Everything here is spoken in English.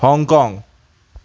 Hong Kong